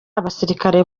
abasirikare